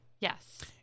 Yes